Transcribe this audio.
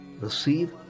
receive